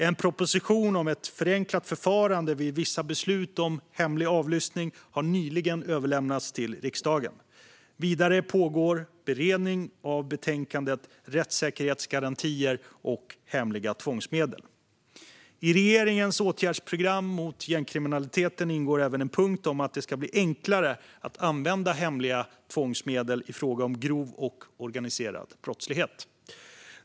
En proposition om ett förenklat förfarande vid vissa beslut om hemlig avlyssning har nyligen överlämnats till riksdagen. Vidare pågår beredningen av betänkandet Rättssäkerhetsgarantier och hemliga tvångsmedel . I regeringens åtgärdsprogram mot gängkriminaliteten ingår även en punkt om att det ska bli enklare att använda hemliga tvångsmedel i fråga om grov och organiserad brottslighet.